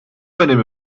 önemi